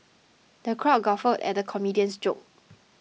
the crowd guffawed at the comedian's jokes